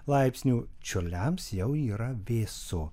laipsnių čiurliams jau yra vėsu